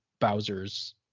Bowser's